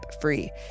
free